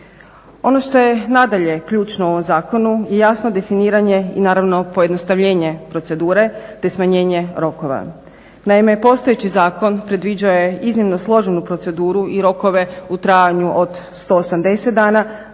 Ono što je nadalje ključno u ovom zakonu je jasno definiranje i naravno pojednostavljenje procedure te smanjenje rokova. Naime, postojeći zakon predviđao je iznimno složenu proceduru i rokove u trajanju od 180 dana